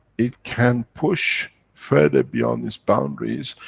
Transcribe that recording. it can push further beyond its boundaries,